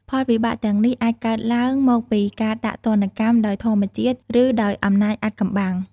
ផលវិបាកទាំងនេះអាចកើតឡើងមកពីការដាក់ទណ្ឌកម្មដោយធម្មជាតិ ឬដោយអំណាចអាថ៌កំបាំង។